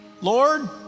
Lord